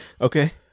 Okay